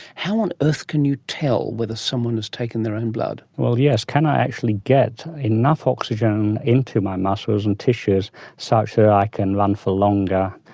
how on earth can you tell whether someone has taken their own blood? yes, can i actually get enough oxygen into my muscles and tissues such that i can run for longer,